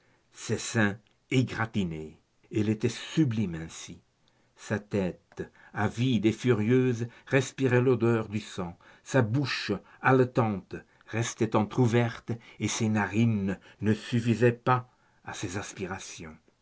les seins égratignés elle était sublime ainsi sa tête avide et furieuse respirait l'odeur du sang sa bouche haletante restait entr'ouverte et ses narines ne suffisaient pas à ses aspirations